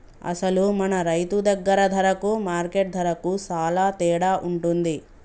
అసలు మన రైతు దగ్గర ధరకు మార్కెట్ ధరకు సాలా తేడా ఉంటుంది